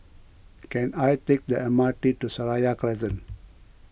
can I take the M R T to Seraya Crescent